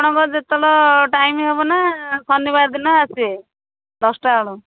ଆପଣଙ୍କର ଯେତେବେଳେ ଟାଇମ୍ ହବନା ଶନିବାର ଦିନ ଆସିବେ ଦଶଟାବେଳୁ